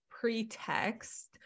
pretext